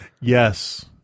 Yes